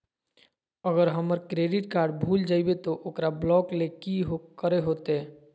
अगर हमर credit card भूल जइबे तो ओकरा ब्लॉक लें कि करे होते?